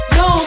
no